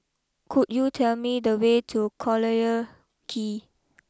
could you tell me the way to Collyer Quay